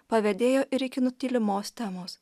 pavedėjo ir iki nutylimos temos